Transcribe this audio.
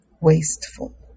wasteful